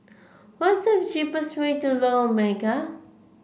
what's the cheapest way to Lorong Mega